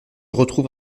retrouve